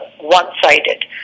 one-sided